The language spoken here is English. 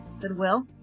Goodwill